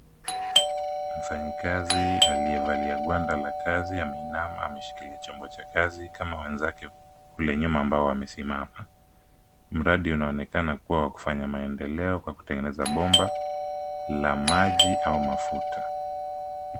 Mfanyikazi aliyevalia gwanda la kazi, ameinama ameshika hili chombo cha kazi, kama wenzake kule nyuma ambao wamesimama. Mradi unaonekana kuwa wa kufanya maendeleo, kwa kutengeneza bomba la maji au mafuta.